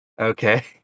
Okay